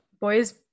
Boys